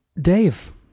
Dave